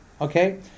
Okay